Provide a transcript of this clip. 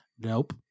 nope